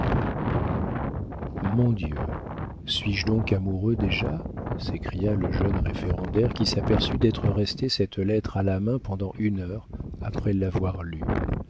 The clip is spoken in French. mon dieu suis-je donc amoureux déjà s'écria le jeune référendaire qui s'aperçut d'être resté cette lettre à la main pendant une heure après l'avoir lue